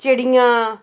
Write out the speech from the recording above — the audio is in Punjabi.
ਚਿੜੀਆਂ